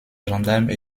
gendarme